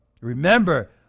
remember